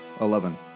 Eleven